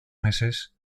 meses